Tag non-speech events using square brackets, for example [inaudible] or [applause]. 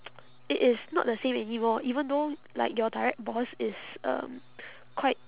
[noise] it is not the same anymore even though like your direct boss is um quite